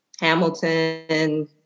Hamilton